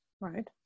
right